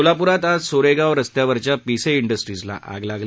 सोलाप्रात आज सोरेगाव रस्त्यावरच्या पिसे इंडस्ट्रीजला आग लागली